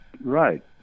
Right